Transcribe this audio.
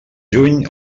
juny